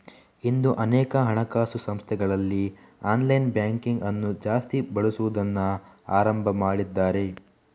ಇಂದು ಅನೇಕ ಹಣಕಾಸು ಸಂಸ್ಥೆಗಳಲ್ಲಿ ಆನ್ಲೈನ್ ಬ್ಯಾಂಕಿಂಗ್ ಅನ್ನು ಜಾಸ್ತಿ ಬಳಸುದನ್ನ ಆರಂಭ ಮಾಡಿದ್ದಾರೆ